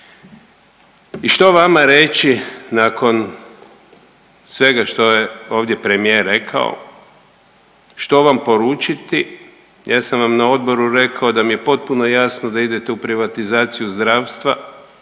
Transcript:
I što vama reći nakon svega što je ovdje premijer rekao, što vam poručiti? Ja sam vam na odboru rekao da mi je potpuno jasno da idete u privatizaciju zdravstva,